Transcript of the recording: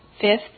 Fifth